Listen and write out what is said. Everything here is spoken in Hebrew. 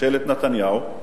ממשלת נתניהו,